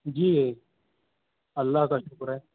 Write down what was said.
جی اللہ کا شکر ہے